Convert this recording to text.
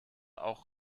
auch